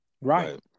Right